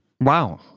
Wow